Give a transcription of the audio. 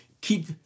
keep